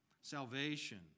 salvation